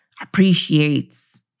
appreciates